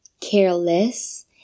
careless